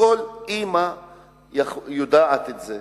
כל אמא יודעת את זה.